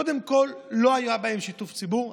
קודם כול לא היה בהן שיתוף ציבור.